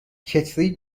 کتری